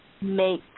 make